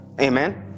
amen